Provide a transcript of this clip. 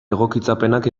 egokitzapenak